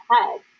ahead